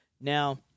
Now